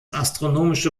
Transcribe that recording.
astronomische